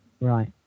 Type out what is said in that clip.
Right